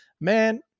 man